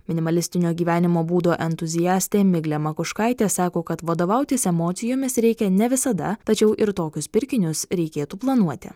minimalistinio gyvenimo būdo entuziastė miglė makuškaitė sako kad vadovautis emocijomis reikia ne visada tačiau ir tokius pirkinius reikėtų planuoti